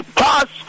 pass